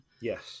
Yes